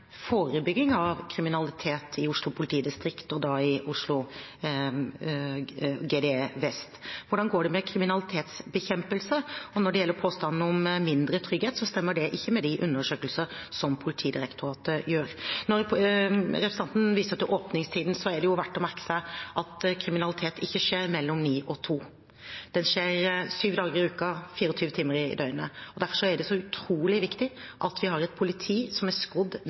forebygging av kriminalitet i Oslo politidistrikt, og i Enhet vest, og hvordan det går med kriminalitetsbekjempelsen. Når det gjelder påstanden om mindre trygghet, stemmer ikke det med de undersøkelsene som Politidirektoratet gjør. Når representanten viser til åpningstiden, er det verdt å merke seg at kriminalitet ikke skjer mellom kl. 09 og kl. 14. Den skjer syv dager i uken, 24 timer i døgnet. Derfor er det så utrolig viktig at vi har et politi som er skodd